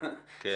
כן.